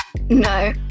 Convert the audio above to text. no